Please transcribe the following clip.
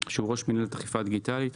שהוא ראש מינהלת אכיפה דיגיטלית.